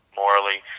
morally